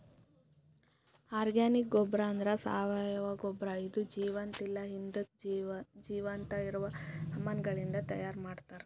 organic ಗೊಬ್ಬರ ಅಂದ್ರ ಸಾವಯವ ಗೊಬ್ಬರ ಇದು ಜೀವಂತ ಇಲ್ಲ ಹಿಂದುಕ್ ಜೀವಂತ ಇರವ ಸಾಮಾನಗಳಿಂದ್ ತೈಯಾರ್ ಮಾಡ್ತರ್